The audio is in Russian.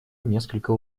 несколько